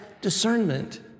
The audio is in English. discernment